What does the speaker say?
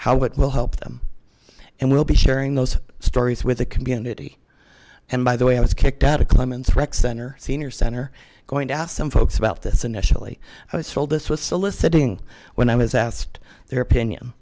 how it will help them and we'll be sharing those stories with the community and by the way i was kicked out of clemens rec center senior center going to ask some folks about this initially i was told this was soliciting when i was asked their opinion